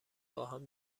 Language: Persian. باهم